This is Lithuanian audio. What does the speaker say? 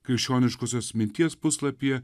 krikščioniškosios minties puslapyje